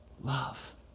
love